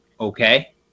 okay